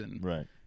Right